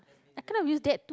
I kind of use that too